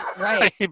Right